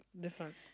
different